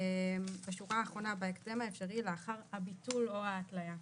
בשורה האחרונה: בהקדם האפשרי לאחר הביטול או ההתליה.